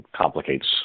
complicates